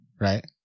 right